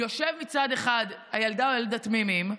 יושב מצד אחד הילדה או הילד התמימים,